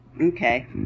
Okay